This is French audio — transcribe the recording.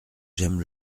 j’aime